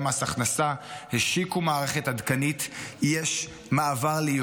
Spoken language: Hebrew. גם מס הכנסה השיקו מערכת עדכנית.